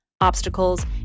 obstacles